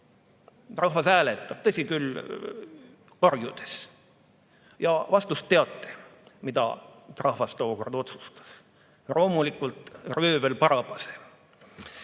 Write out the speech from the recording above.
Rahvas hääletab, tõsi küll, karjudes. Ja vastust teate, mida rahvas tookord otsustas? Loomulikult röövel Barabase. Aga